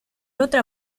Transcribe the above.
otra